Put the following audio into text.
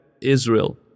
Israel